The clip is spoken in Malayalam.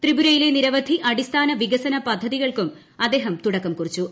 ത്രിപുരയിലെ നിരവധി അടിസ്ഥാന വികസന പദ്ധതികൾക്കും അദ്ദേഹം തൂടക്കം കുറിച്ചു